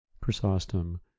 Chrysostom